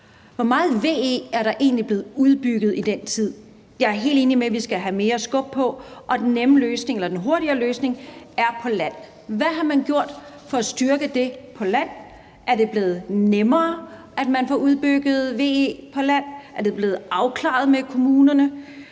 Hvor meget VE er der egentlig blevet udbygget med i den tid? Jeg er helt enig i, at vi skal have mere skub på, og den hurtigere løsning er på land. Hvad har man gjort for at styrke det på land? Er det blevet nemmere at få udbygget VE på land? Er det blevet afklaret med kommunerne?